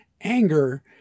anger